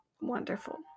wonderful